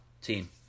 team